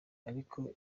arko